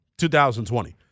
2020